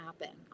happen